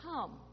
Come